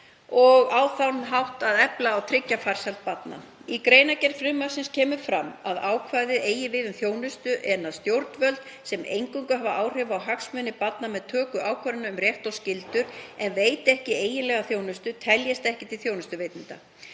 og á þátt í að efla og/eða tryggja farsæld barns. Í greinargerð frumvarpsins kemur fram að ákvæðið eigi við um þjónustu en að stjórnvöld, sem eingöngu hafa áhrif á hagsmuni barna með töku ákvarðana um rétt eða skyldur, en veiti ekki eiginlega þjónustu, teljist ekki til þjónustuveitenda.